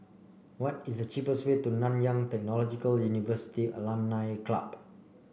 what is the cheapest way to Nanyang Technological University Alumni Club